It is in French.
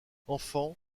enfant